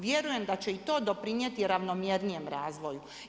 Vjerujem da će i to doprinijeti ravnomjernijem razvoju.